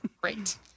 great